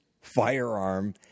firearm